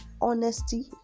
Honesty